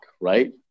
right